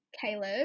Caleb